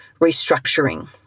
restructuring